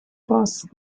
passed